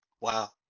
wow